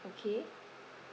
okay